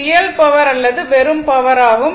இது real power அல்லது வெறும் பவர் ஆகும்